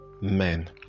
men